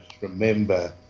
remember